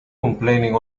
complaining